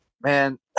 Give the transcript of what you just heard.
Man